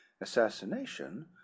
Assassination